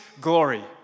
glory